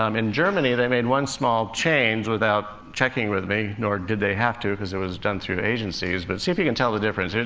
um in germany, they made one small change without checking with me nor did they have to, because it was done through agencies but see if you can tell the difference.